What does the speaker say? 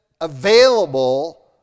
available